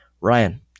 Ryan